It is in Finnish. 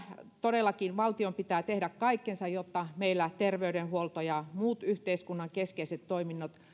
todellakin valtion pitää tehdä kaikkensa jotta meillä terveydenhuolto ja muut yhteiskunnan keskeiset toiminnot